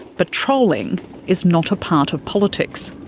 but trolling is not a part of politics.